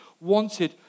wanted